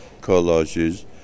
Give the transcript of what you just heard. collages